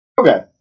Okay